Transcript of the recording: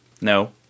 No